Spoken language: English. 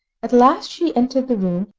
at last she entered the room,